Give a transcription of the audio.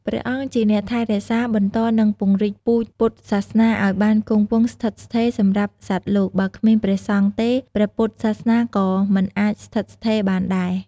ព្រះអង្គជាអ្នកថែរក្សា បន្ត និងពង្រីកពូជពុទ្ធសាសនាឱ្យបានគង់វង្សស្ថិតស្ថេរសម្រាប់សត្វលោក បើគ្មានព្រះសង្ឃទេ ព្រះពុទ្ធសាសនាក៏មិនអាចស្ថិតស្ថេរបានដែរ។